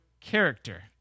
character